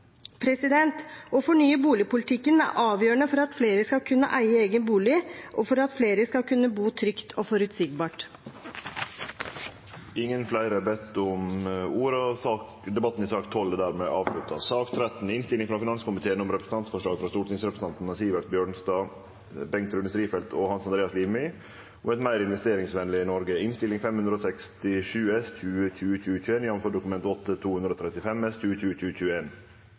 Å fornye boligpolitikken er avgjørende for at flere skal kunne eie egen bolig, og for at flere skal kunne bo trygt og forutsigbart. Fleire har ikkje bedt om ordet til sak nr. 12. Etter ønske frå finanskomiteen vil presidenten ordne debatten